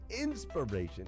inspiration